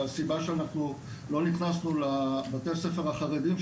הסיבה שאנחנו לא נכנסנו לבתי הספר החרדים,